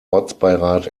ortsbeirat